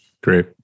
Great